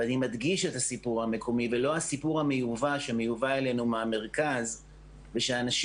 ואני מדגיש את הסיפור המקומי ולא הסיפור שמיובא אלינו מהמרכז ושהאנשים